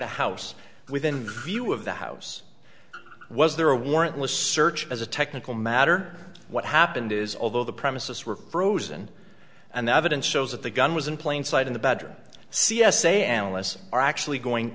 the house within view of the house was there a warrantless search as a technical matter what happened is although the premises were frozen and the evidence shows that the gun was in plain sight in the bedroom c s a analysts are actually going